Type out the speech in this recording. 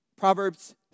Proverbs